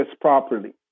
properly